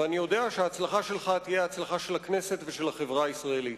ואני יודע שההצלחה שלך תהיה הצלחה של הכנסת ושל החברה הישראלית.